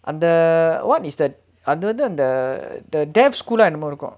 அந்த:antha what is that அது வந்து அந்த:athu vanthu antha the deaf school leh என்னமோ இருக்கு:ennamo irukku